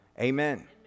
Amen